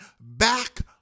back